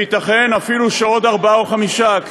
וייתכן אפילו שעוד או ארבעה או חמישה.